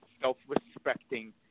self-respecting